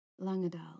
Langadal